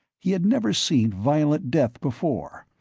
he had never seen violent death before.